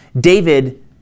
David